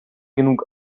genug